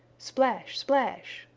splash! splash!